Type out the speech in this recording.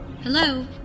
Hello